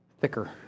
thicker